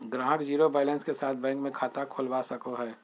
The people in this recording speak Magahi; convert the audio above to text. ग्राहक ज़ीरो बैलेंस के साथ बैंक मे खाता खोलवा सको हय